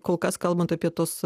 kol kas kalbant apie tos